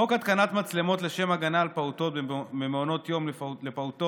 חוק התקנת מצלמות לשם הגנה על פעוטות במעונות יום לפעוטות